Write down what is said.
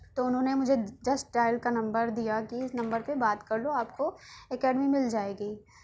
تو انہوں نے مجھے جسٹ ڈائل کا نمبر دیا کہ اس نمبر پہ بات کرلو آپ کو اکیڈمی مل جائے گی